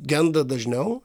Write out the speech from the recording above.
genda dažniau